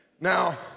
Now